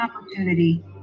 opportunity